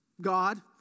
God